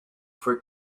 for